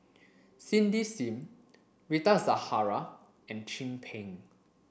Cindy Sim Rita Zahara and Chin Peng